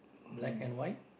black and white